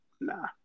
nah